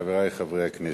חברי חברי הכנסת,